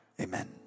Amen